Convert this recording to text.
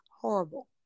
horrible